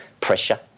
pressure